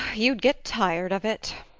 you'd get tired of it,